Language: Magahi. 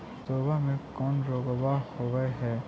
सरसोबा मे कौन रोग्बा होबय है?